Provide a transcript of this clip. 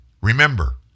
Remember